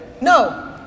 no